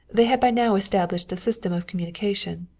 they had by now established a system of communication.